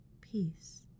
peace